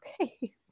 okay